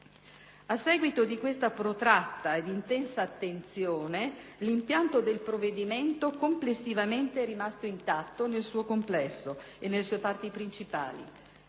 A seguito di questa protratta ed intensa attenzione, l'impianto del provvedimento è rimasto intatto nel suo complesso e nelle sue parti principali.